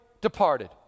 departed